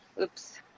Oops